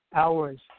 hours